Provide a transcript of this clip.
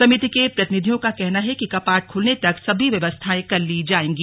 समिति के प्रतिनिधियों का कहना है कि कपाट खुलने तक सभी व्यवस्थाएं कर ली जाएंगी